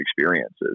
experiences